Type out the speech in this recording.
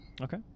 Okay